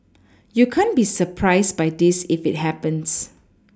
you can't be surprised by this if it happens